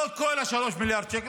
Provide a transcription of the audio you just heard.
לא את כל ה-3 מיליארד שקל,